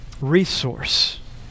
resource